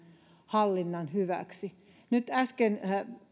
hallinnan hyväksi nyt äsken